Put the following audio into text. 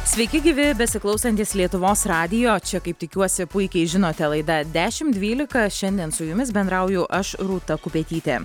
sveiki gyvi besiklausantys lietuvos radijo čia kaip tikiuosi puikiai žinote laida dešim dvylika šiandien su jumis bendrauju aš rūta kupetytė